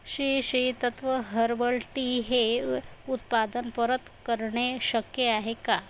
Shri Sri Tattva herbal tea हे उत्पादन परत करणे शक्य आहे का